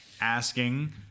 asking